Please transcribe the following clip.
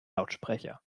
lautsprecher